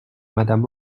madame